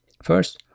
First